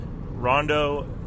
Rondo